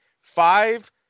five